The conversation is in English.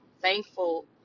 thankful